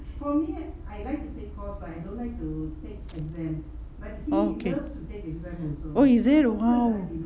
oh okay oh is it !wow!